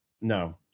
no